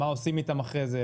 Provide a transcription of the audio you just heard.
מה עושים אתם אחר כך,